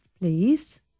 please